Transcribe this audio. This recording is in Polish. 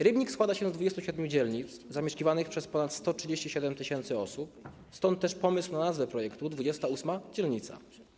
Rybnik składa się z 27 dzielnic zamieszkiwanych przez ponad 137 tys. osób, stąd też pomysł na nazwę projektu: 28. Dzielnica.